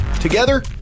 Together